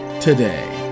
today